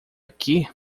aqui